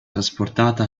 trasportata